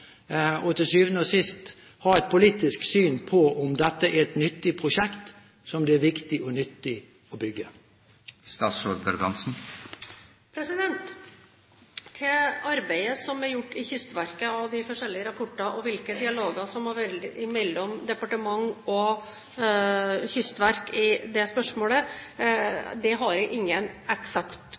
og til syvende og sist ha et politisk syn på om dette er et nyttig prosjekt som det er viktig og nyttig å bygge? Til arbeidet som er gjort i Kystverket: De forskjellige rapporter og hvilke dialoger som har vært mellom departement og kystverk i det spørsmålet, har jeg ingen eksakt